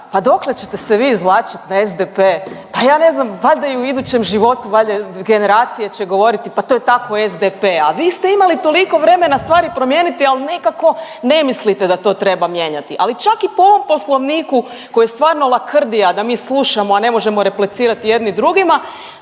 pa dokle ćete se vi izvlačiti na SDP? Pa ja ne znam valjda i u idućem životu, valjda generacije će govoriti pa to je tako SDP, a vi ste imali toliko vremena stvari promijeniti ali nikako ne mislite da to treba mijenjati. Ali čak i po ovom Poslovniku koji je stvarno lakrdija da mi slušamo a ne možemo replicirati jedni drugima